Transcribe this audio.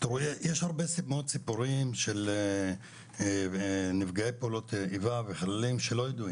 יש הרבה מאוד סיפורים של נפגעי פעולות איבה וחללים שלא ידועים,